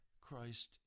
Christ